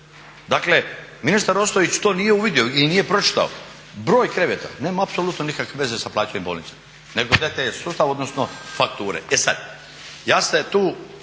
Dakle ministar Ostojić to nije uvidio ili nije pročitao, broj kreveta nema apsolutno nikakve veze sa plaćanjem bolnica nego …/Govornik se ne razumije./… sustav odnosno fakture. E sada. Ja se tu